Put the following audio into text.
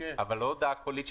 אבל לא הודעה קולית,